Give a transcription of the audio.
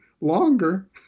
longer